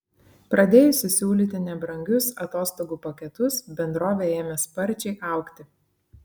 pradėjusi siūlyti nebrangius atostogų paketus bendrovė ėmė sparčiai augti